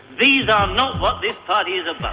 these are not what this party is about.